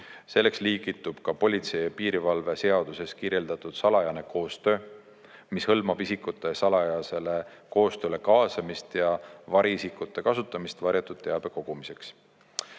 Selleks liigitub ka politsei ja piirivalve seaduses kirjeldatud salajane koostöö, mis hõlmab isikute salajasele koostööle kaasamist ja variisikute kasutamist varjatud teabe kogumiseks.